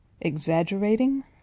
Exaggerating